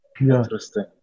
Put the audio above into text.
Interesting